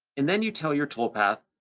and then you tell your toolpath,